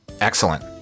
Excellent